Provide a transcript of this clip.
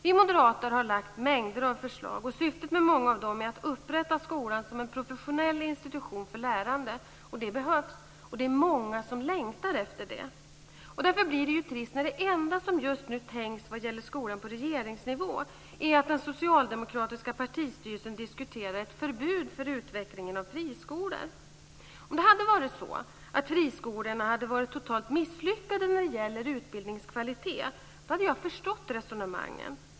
Vi moderater har lagt fram mängder av förslag. Syftet med många av dem är att upprätta skolan som en professionell institution för lärande, och det behövs. Det är många som längtar efter det. Därför blir det trist när det enda som just nu händer på regeringsnivå när det gäller skolan är att den socialdemokratiska partistyrelsen diskuterar ett förbud för utvecklingen av friskolor. Om friskolorna hade varit totalt misslyckade när det gäller utbildningskvalitet hade jag förstått resonemangen.